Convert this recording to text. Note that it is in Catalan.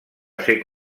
ser